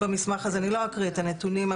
אני לא אקריא את המספרים,